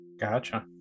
gotcha